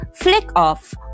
FLICKOFF